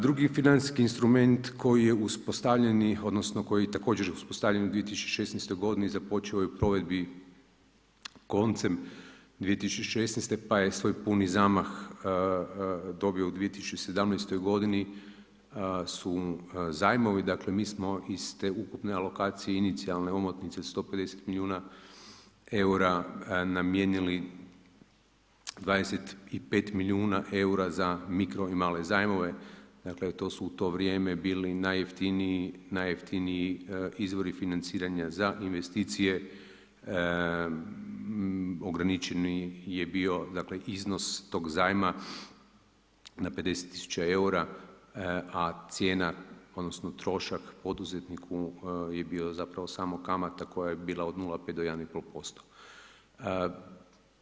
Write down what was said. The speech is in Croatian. Drugi financijski instrument koji je uspostavljeni, odnosno koji je također uspostavljen u 2016. godini započeo je u provedbi koncem 2016. pa je svoj puni zamah dobio u 2017. godini su zajmovi, dakle, mi smo iz te ukupne alokacije inicijalne omotnice 150 milijuna eura namijenili 25 milijuna eura za mikro i male zajmove, dakle, to su u to vrijeme bili najjeftiniji izvori financiranja za investicije ograničeni je bio dakle iznos tog zajma na 50 tisuća eura, a cijena, odnosno trošak poduzetniku je bio zapravo samo kamata koja je bila od 0,5 do 1,5%